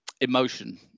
emotion